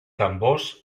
tambors